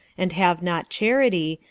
and have not charity,